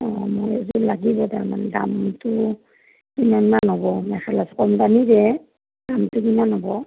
অ' মোক এযোৰ লাগিব তাৰমানে দামটো কিমানমান হ'ব মেখেলা কমদামীৰে দামটো কিমান হ'ব